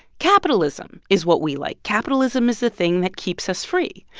capitalism is what we like. capitalism is the thing that keeps us free.